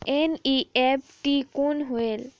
NEFT कौन होएल?